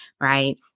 right